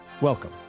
Welcome